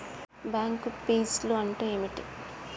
Bank ఫీజ్లు అంటే ఏమిటి?